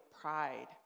pride